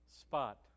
spot